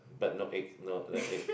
but no egg no other egg